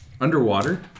underwater